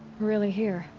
really here?